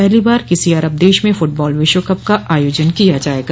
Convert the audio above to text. पहली बार किसी अरब देश में फुटबॉल विश्वकप का आयोजन किया जायेगा